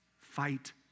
fight